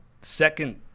second